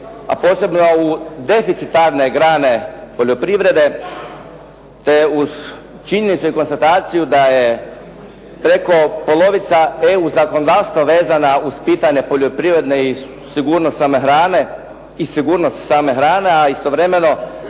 a posebno u deficitarne grane poljoprivrede, te uz činjenicu i konstataciju da je preko polovica EU zakonodavstva vezana uz pitanje poljoprivredne i sigurnost same hrane, a istovremeno